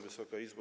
Wysoka Izbo!